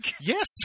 yes